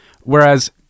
Whereas